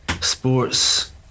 sports